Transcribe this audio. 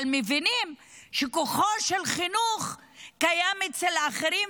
אבל מבינים שכוחו של החינוך קיים אצל אחרים,